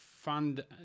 fund